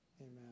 Amen